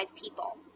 people